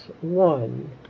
one